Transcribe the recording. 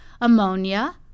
ammonia